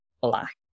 black